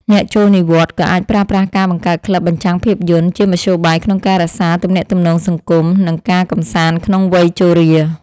អ្នកចូលនិវត្តន៍ ក៏អាចប្រើប្រាស់ការបង្កើតក្លឹបបញ្ចាំងភាពយន្ត ជាមធ្យោបាយក្នុងការរក្សាទំនាក់ទំនងសង្គម និងការកម្សាន្តក្នុងវ័យជរា។